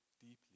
deeply